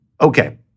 Okay